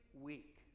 week